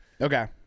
Okay